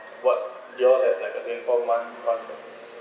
what you all have like uh installment one